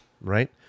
right